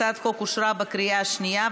הצעת החוק אושרה בקריאה שנייה.